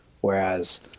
whereas